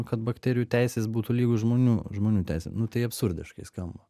kad bakterijų teisės būtų lygios žmonių žmonių teisėm nu tai absurdiškai skamba